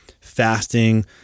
fasting